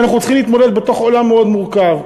כי אנחנו צריכים להתמודד בתוך עולם מאוד מורכב,